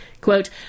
Quote